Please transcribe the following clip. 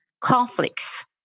conflicts